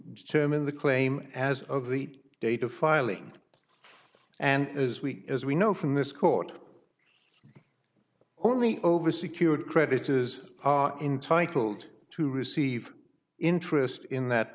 determine the claim as of the date of filing and as we as we know from this court only over secured creditors are entitled to receive interest in that